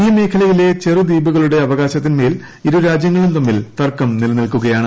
ഈ മേഖലയിലെ ചെറു ദ്വീപുകളുടെ അവകാശത്തിന്മേൽ ഇരു രാജ്യങ്ങളും തമ്മിൽ തർക്കം നിലനിൽകുകയാണ്